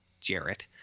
Jarrett